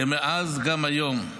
כמאז גם היום,